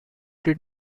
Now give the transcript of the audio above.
did